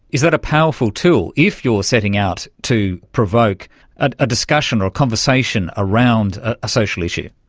is that a powerful tool if you're setting out to provoke a a discussion or a conversation around a social issue?